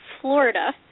Florida